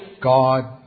God